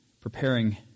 preparing